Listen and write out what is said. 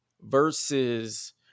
versus